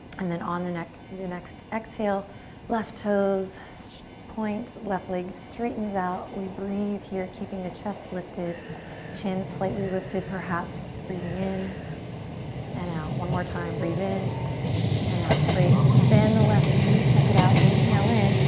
and then on the next the next exhale left toes so point, left leg straightens out. we breathe here keeping the chest lifted chin slightly lifted perhaps breathing in and out. one more time. breathe in and out. great, bend the left knee, check it out. inhale in.